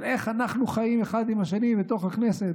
של איך אנחנו חיים אחד עם השני בתוך הכנסת,